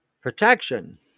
protection